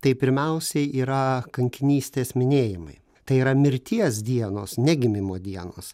tai pirmiausiai yra kankinystės minėjimai tai yra mirties dienos ne gimimo dienos